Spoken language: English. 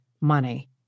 money